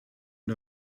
der